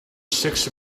six